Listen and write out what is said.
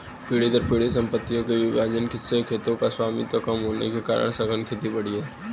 पीढ़ी दर पीढ़ी सम्पत्तियों के विभाजन से खेतों का स्वामित्व कम होने के कारण सघन खेती बढ़ी है